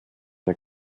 der